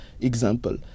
example